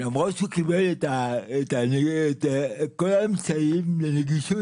למרות שהוא קיבל ממשרד התחבורה את כל האמצעים לנגישות.